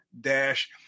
dash